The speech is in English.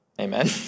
Amen